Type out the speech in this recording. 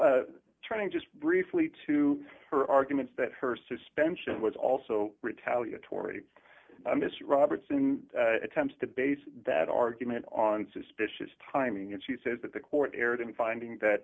t turning just briefly to her arguments that her suspension was also retaliatory i miss roberts in attempts to base that argument on suspicious timing and she says that the court erred in finding that